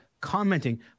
commenting